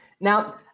Now